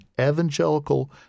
evangelical